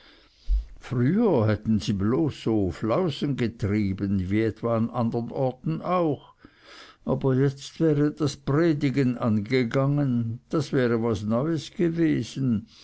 früher hätten sie bloß so flausen getrieben wie etwa an andern orten auch jetzt aber wäre das predigen angegangen das wäre was neues gewesen